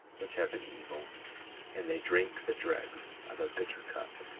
which have been evil and they drink the dregs of a bitter cup.